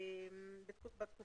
8.תיקון חוק ההוצאה לפועל הוראת שעה.